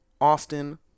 Austin